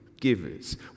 givers